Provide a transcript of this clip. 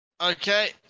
Okay